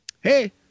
hey